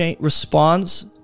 responds